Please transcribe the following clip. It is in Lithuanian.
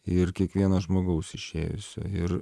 ir kiekvieno žmogaus išėjusio ir